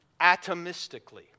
atomistically